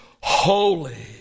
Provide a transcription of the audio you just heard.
holy